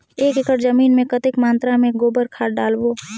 एक एकड़ जमीन मे कतेक मात्रा मे गोबर खाद डालबो?